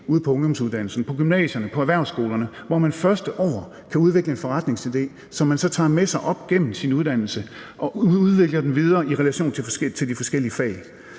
ude på ungdomsuddannelserne, på gymnasierne og på erhvervsskolerne, hvor man første år kan udvikle en forretningsidé, som man så tager med sig op gennem sin uddannelse og udvikler videre i relation til de forskellige fag.